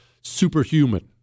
superhuman